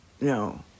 No